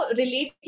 relate